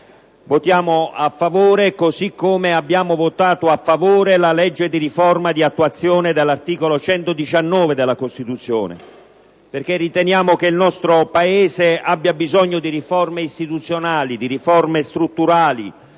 Votiamo a favore così come abbiamo votato a favore la legge di riforma di attuazione dell'articolo 119 della Costituzione, perché riteniamo che il nostro Paese abbia bisogno di riforme istituzionali e strutturali,